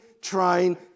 trying